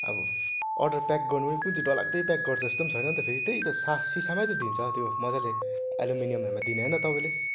अब order pack गर्नु पनि कुन चाहिँ डरलाग्दै प्याक गर्छ जस्तो पनि त छैन नि फेरि त्यही त साफ सिसामै त दिन्छ त्यो मजाले एलुमिनियमहरूमा दिने होइन तपाईँले